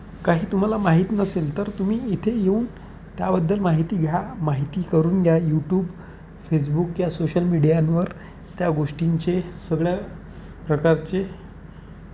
काही तुम्हाला माहीत नसेल तर तुम्ही इथे येऊन त्याबद्दल माहिती घ्या माहिती करून घ्या यूट्यूब फेसबुक क सोशल मीडियांवर त्या गोष्टींचे सगळ्या प्रकारचे